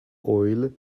oil